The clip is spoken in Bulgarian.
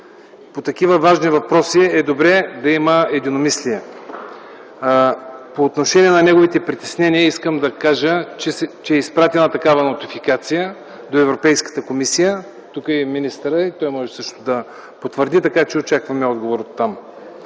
По такива важни въпроси е добре да има единомислие. По отношение на неговите притеснения искам да кажа, че е изпратена такава нотификация до Европейската комисия. Тук е министърът и той може да потвърди. Така че очакваме отговор оттам.